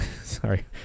Sorry